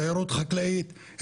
תיירות חקלאית,